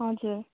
हजुर